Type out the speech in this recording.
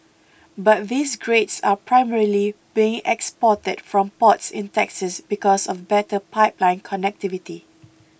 but these grades are primarily being exported from ports in Texas because of better pipeline connectivity